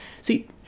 See